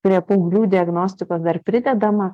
prie paauglių diagnostikos dar pridedama